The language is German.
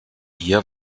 ihr